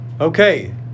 Okay